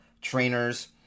trainers